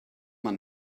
man